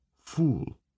Fool